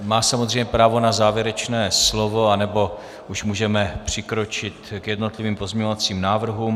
Má samozřejmě právo na závěrečné slovo, anebo už můžeme přikročit k jednotlivým pozměňovacím návrhům.